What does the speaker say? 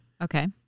Okay